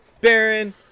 Baron